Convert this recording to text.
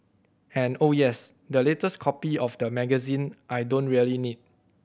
and oh yes the latest copy of the magazine I don't really need